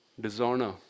dishonor